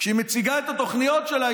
כשהיא מציגה את התוכניות שלה,